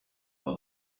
for